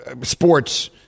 sports